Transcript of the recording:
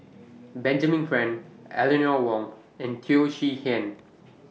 Benjamin Frank Eleanor Wong and Teo Chee Hean